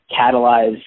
catalyze